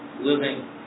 living